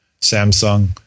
Samsung